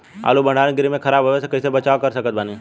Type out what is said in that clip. आलू भंडार गृह में खराब होवे से कइसे बचाव कर सकत बानी?